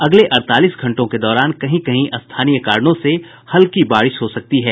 अगले अड़तालीस घंटों के दौरान कहीं कहीं स्थानीय कारणों से हल्की बारिश हो सकती है